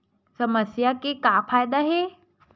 समस्या के का फ़ायदा हे?